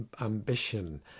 ambition